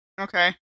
okay